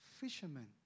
fishermen